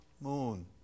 moon